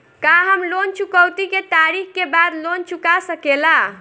का हम लोन चुकौती के तारीख के बाद लोन चूका सकेला?